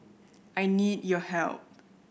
I need your help